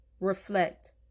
reflect